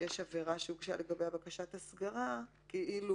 כשיש עבירה שהוגשה לגביה בקשת הסגרה כאילו